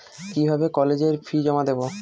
কিভাবে কলেজের ফি জমা দেবো?